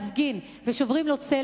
ראש רשות שמגיע להפגין ושוברים לו צלע,